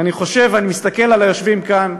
ואני חושב, ואני מסתכל על היושבים כאן,